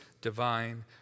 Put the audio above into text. divine